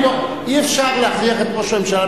אי-אפשר להכריח את ראש הממשלה,